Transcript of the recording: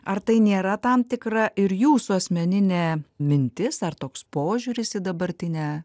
ar tai nėra tam tikra ir jūsų asmeninė mintis ar toks požiūris į dabartinę